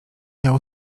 miał